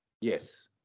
Yes